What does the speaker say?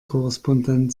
korrespondent